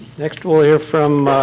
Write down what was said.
next we will hear from